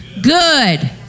Good